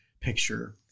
picture